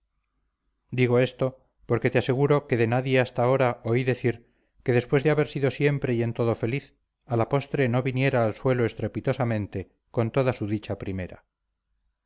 dígote esto porque te aseguro que de nadie hasta ahora oí decir que después de haber sido siempre y en todo feliz a la postre no viniera al suelo estrepitosamente con toda su dicha primera